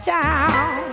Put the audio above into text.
town